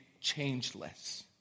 changeless